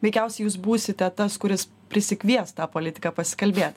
veikiausiai jūs būsite tas kuris prisikvies tą politiką pasikalbėt